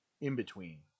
in-between